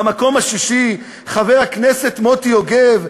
במקום השישי חבר הכנסת מוטי יוגב,